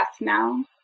now